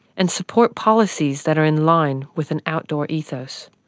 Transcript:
and support policies that are in line with an outdoor ethos.